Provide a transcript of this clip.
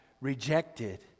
rejected